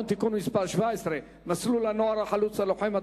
(תיקון מס' 17) (מסלול הנוער החלוצי הלוחם),